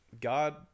god